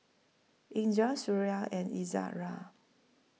Indra Suria and Izzara